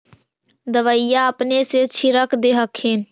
दबइया अपने से छीरक दे हखिन?